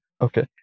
Okay